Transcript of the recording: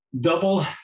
double